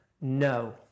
No